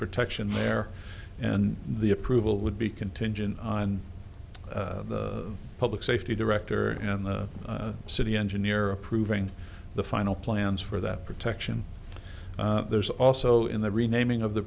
protection there and the approval would be contingent on the public safety director and the city engineer approving the final plans for that protection there's also in the renaming of the